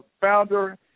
founder